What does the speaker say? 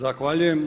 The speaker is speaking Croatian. Zahvaljujem.